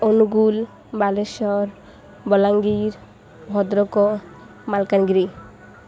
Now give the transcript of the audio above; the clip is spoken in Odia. ଅନୁଗୁଳ ବାଲେଶ୍ୱର ବଲାଙ୍ଗୀର ଭଦ୍ରକ ମାଲକାନଗିରି